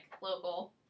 local